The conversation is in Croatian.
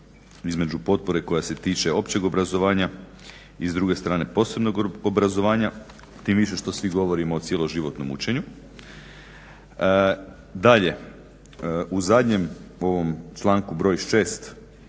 između potpore koja se tiče općeg obrazovanja i s druge strane posebnog obrazovanja tim više što svi govorimo o cjeloživotnom m učenju. Dalje, u zadnjem članku broj